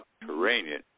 subterranean